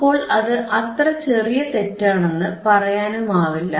അപ്പോൾ അത് അത്ര ചെറിയ തെറ്റാണെന്നു പറയാനുമാവില്ല